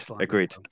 Agreed